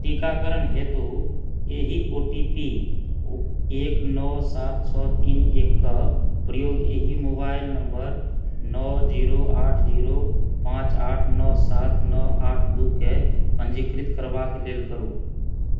टीकाकरण हेतु एहि ओ टी पी एक नओ सात छओ तीन एकक प्रयोग एहि मोबाइल नम्बर नओ जीरो आठ जीरो पाँच आठ नओ सात नओ आठ दूके पञ्जीकृत करबाक लेल करू